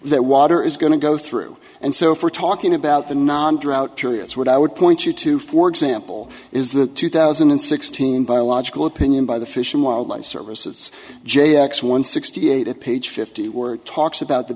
that water is going to go through and so if we're talking about the non drought periods what i would point you to for example is the two thousand and sixteen biological opinion by the fish and wildlife service that's j x one sixty eight page fifty were talks about the